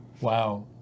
Wow